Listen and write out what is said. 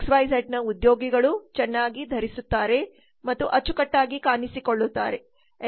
X Y ಝಡ್ಉದ್ಯೋಗಿಗಳು ಚೆನ್ನಾಗಿ ಧರಿಸುತ್ತಾರೆ ಮತ್ತು ಅಚ್ಚುಕಟ್ಟಾಗಿ ಕಾಣಿಸಿಕೊಳ್ಳುತ್ತಾರೆ